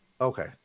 Okay